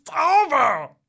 over